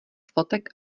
fotek